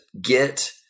get